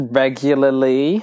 regularly